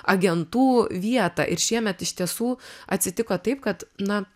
agentų vietą ir šiemet iš tiesų atsitiko taip kad na